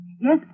Yes